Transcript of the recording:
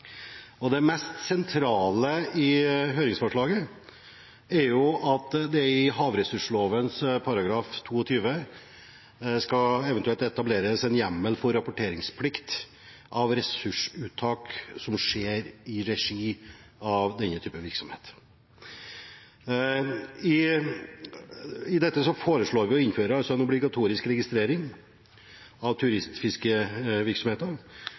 Det mest sentrale i høringsforslaget er at det i havressursloven § 22 eventuelt skal etableres en hjemmel for rapporteringsplikt av ressursuttaket som skjer i regi av denne typen virksomhet. I dette foreslår vi å innføre en obligatorisk registrering av turistfiskevirksomheter.